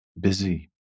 busy